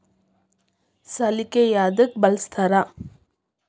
ಸಲಿಕೆ ಯದಕ್ ಬಳಸ್ತಾರ?